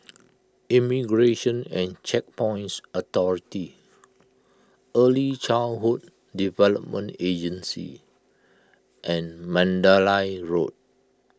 Immigration and Checkpoints Authority Early Childhood Development Agency and Mandalay Road